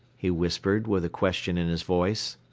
he whispered, with a question in his voice.